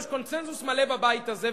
יש קונסנזוס מלא בבית הזה,